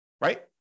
right